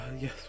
Yes